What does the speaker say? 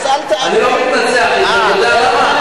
אז אל, אני לא מתנצח, אתה יודע למה?